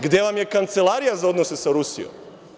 Gde vam je kancelarija za odnose sa Rusijom?